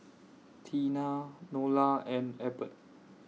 Teena Nola and Ebert